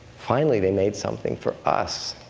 finally, they made something for us.